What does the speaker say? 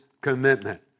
commitment